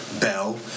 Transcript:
Bell